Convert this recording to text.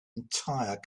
entire